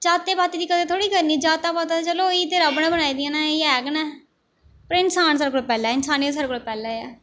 जाति पाती दी कदर थोह्ड़े करनी जातां पातां ते चलो ई रब्ब ने बनाई दियां न एह् ऐ गै न पर इंसान सारें कोला पैह्लें ऐ